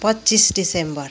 पच्चिस दिसम्बर